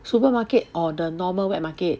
supermarket or the normal wet market